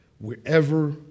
Wherever